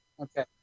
Okay